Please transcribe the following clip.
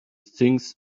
things